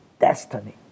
destiny